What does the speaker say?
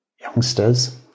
youngsters